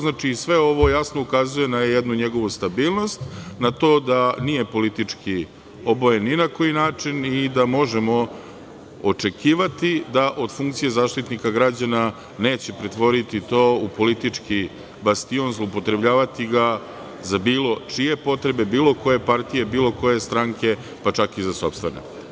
Znači, sve ovo jasno ukazuje na jednu njegovu stabilnost, na to da nije politički obojen ni na koji način i da možemo očekivati da od funkcije Zaštitnika građana neće pretvoriti to u politički bastion, zloupotrebljavati ga za bilo čije potrebe, bilo koje partije, bilo koje stranke, pa čak i za sopstvene.